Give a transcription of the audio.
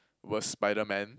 was Spiderman